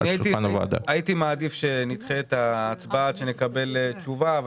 הייתי מעדיף שנדחה את ההצבעה עד שנקבל תשובה.